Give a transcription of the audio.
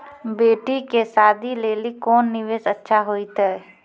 बेटी के शादी लेली कोंन निवेश अच्छा होइतै?